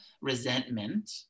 resentment